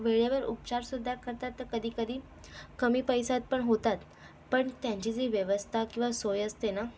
वेळेवर उपचारसुद्धा करतात तर कधीकधी कमी पैशातपण होतात पण त्यांची जी व्यवस्था किंवा सोय असते ना